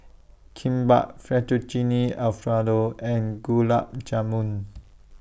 Kimbap Fettuccine Alfredo and Gulab Jamun